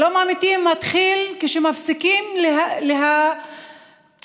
שלום אמיתי מתחיל כשמפסיקים להסית